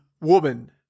woman